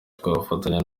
twifatanya